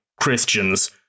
Christians